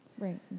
Right